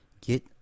get